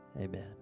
Amen